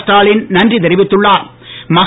ஸ்டாலின் நன்றி தெரிவித்துள்ளாா்